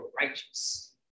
righteous